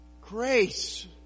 Grace